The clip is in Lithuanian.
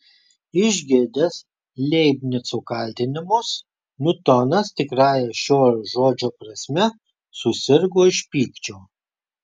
išgirdęs leibnico kaltinimus niutonas tikrąja šio žodžio prasme susirgo iš pykčio